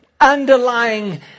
underlying